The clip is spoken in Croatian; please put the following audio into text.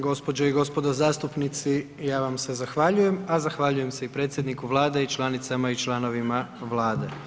Gospođo i gospodo zastupnici, ja vam se zahvaljujem, a zahvaljujem se i predsjedniku Vlade i članicama i članovima Vlade.